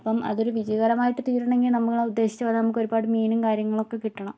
അപ്പം അതൊരു വിജയകരമായിട്ട് തീരണമെങ്കിൽ നമ്മുടെ ഉദ്ദേശിച്ച് ഒരുപാട് മീനും കാര്യങ്ങളൊക്കെ കിട്ടണം